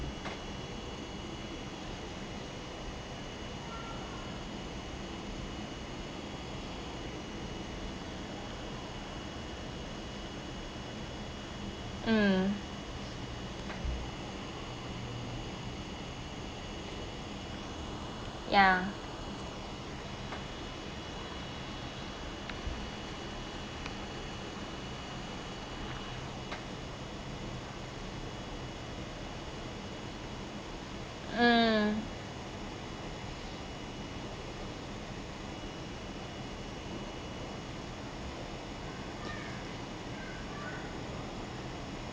mm ya mm